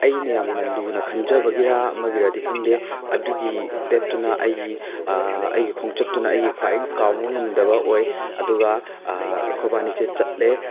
ꯑꯩꯅ ꯌꯥꯝꯅ ꯂꯨꯅ ꯈꯟꯖꯕꯒꯤꯔ ꯑꯃꯒꯤꯔꯗꯤ ꯈꯪꯗꯦ ꯑꯗꯨꯒꯤ ꯗꯦꯗꯇꯨꯅ ꯑꯩꯒꯤ ꯑꯩꯒꯤ ꯈꯣꯡꯆꯠꯇꯨꯅ ꯑꯩꯒꯤ ꯈ꯭ꯋꯥꯏ ꯀꯥꯎꯕ ꯉꯝꯗꯕ ꯑꯣꯏ ꯑꯗꯨꯒ ꯑꯩꯈꯣꯏ ꯏꯕꯥꯏꯅꯤꯁꯦ ꯆꯠꯂꯦ